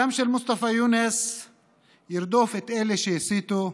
הדם של מוסטפא יונס ירדוף את אלה שהסיתו,